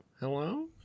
Hello